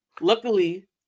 Luckily